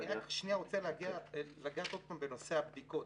אני רק שנייה רוצה לגעת עוד פעם בנושא הבדיקות.